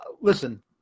listen